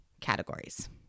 categories